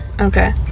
Okay